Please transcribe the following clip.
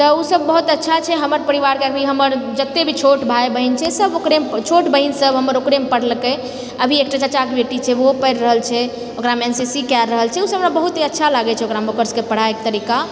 तऽ ओ सब बहुत अच्छा छै हमर परिवारके अभी हमर जते भी छोट भाइ बहिन छै सब ओकरेमे छोट बहिन सब हमर ओकरेमे पढ़लकै अभी एकटा चाचाके बेटी छै ओहो पढ़ि रहल छै ओकरामे एनसीसी कए रहल छै ओ सब हमरा बहुत ही अच्छा लागैत छै ओकरामे ओकर सबके पढ़ाइके तरीका